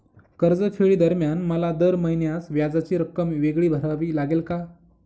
कर्जफेडीदरम्यान मला दर महिन्यास व्याजाची रक्कम वेगळी भरावी लागेल का?